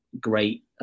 great